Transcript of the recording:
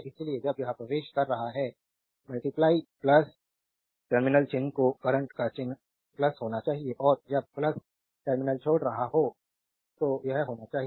इसलिए जब यह प्रवेश कर रहा है टर्मिनल चिन्ह को करंट का चिन्ह होना चाहिए और जब टर्मिनल छोड़ रहा हो तो यह होना चाहिए